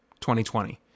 2020